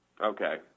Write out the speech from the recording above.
Okay